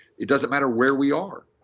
it doesn't matter where we are.